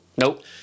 nope